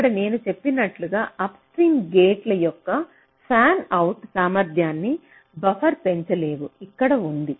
ఇక్కడ నేను చెప్పినట్లు అప్స్ట్రీమ్ గేట్ల యొక్క ఫ్యాన్అవుట్ సామర్థ్యాన్ని బఫర్ పెంచలేవు ఇక్కడ ఉంది